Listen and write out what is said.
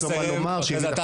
עופר כסיף,